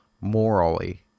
morally